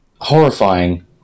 horrifying